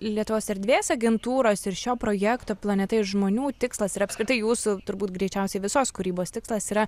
lietuvos erdvės agentūros ir šio projekto planeta iš žmonių tikslas ir apskritai jūsų turbūt greičiausiai visos kūrybos tikslas yra